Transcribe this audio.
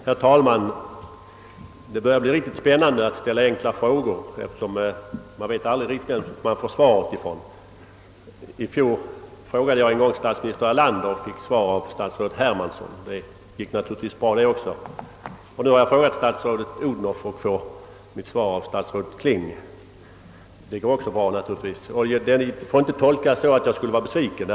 Herr talman! Det börjar bli riktigt spännande att ställa enkla frågar — man vet aldrig vem man får svar av. I fjol ställde jag en gång en fråga till statsminister Erlander och fick svar av statsrådet Hermansson, och det gick naturligtvis också bra. Nu har jag frågat statsrådet Odhnoff och får svar av statsrådet Kling. Att jag påpekar detta får inte tolkas som att jag skulle vara besviken.